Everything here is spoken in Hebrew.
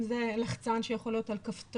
אם זה לחצן שיכול להיות על כפתור,